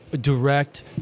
direct